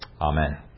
Amen